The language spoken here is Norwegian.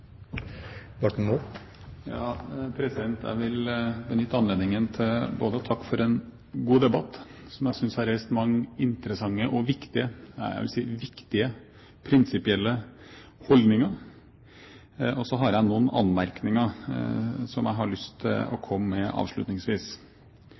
Jeg vil benytte anledningen til å takke for en god debatt, som jeg synes har reist mange interessante og viktige prinsipielle holdninger. Og så har jeg noen anmerkninger, som jeg har lyst til å